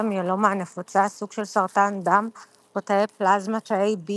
המיאלומה הנפוצה- סוג של סרטן דם בו תאי פלזמה- תאי B